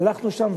הלכנו שם,